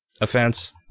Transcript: Offense